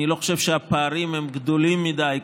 אני לא חושב שהפערים הם גדולים מדי.